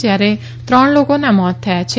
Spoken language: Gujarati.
જયારે ત્રણ લોકોના મોત થયા છે